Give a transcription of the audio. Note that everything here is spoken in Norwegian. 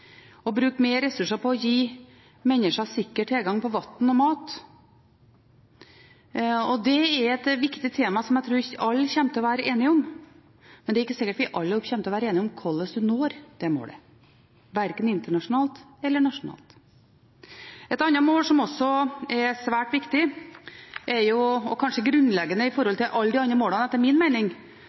mennesker sikker tilgang på vann og mat er et viktig tema som jeg tror alle kommer til å være enige om, men det er ikke sikkert at vi alle kommer til å være enige om hvordan vi når det målet, verken internasjonalt eller nasjonalt. Et annet mål som også er svært viktig og kanskje grunnleggende i forhold til alle de andre målene, etter min mening,